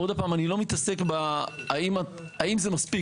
עוד פעם, אני לא מתעסק בהאם זה מספיק.